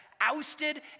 ousted